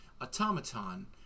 automaton